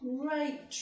great